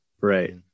Right